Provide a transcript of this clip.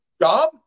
job